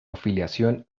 afiliación